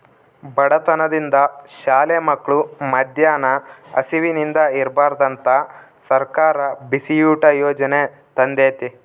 ಬಡತನದಿಂದ ಶಾಲೆ ಮಕ್ಳು ಮದ್ಯಾನ ಹಸಿವಿಂದ ಇರ್ಬಾರ್ದಂತ ಸರ್ಕಾರ ಬಿಸಿಯೂಟ ಯಾಜನೆ ತಂದೇತಿ